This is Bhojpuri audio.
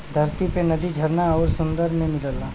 धरती पे नदी झरना आउर सुंदर में मिलला